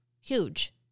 huge